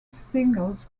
singles